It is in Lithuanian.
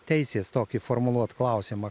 teisės tokį formuluot klausimą